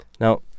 Now